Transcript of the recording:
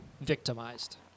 victimized